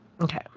Okay